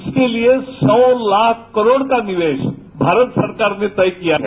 इसके लिए सौ लाख रूपये का निवेश भारत सरकार ने तय किया है